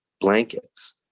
blankets